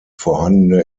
vorhandene